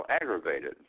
aggravated